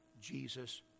Jesus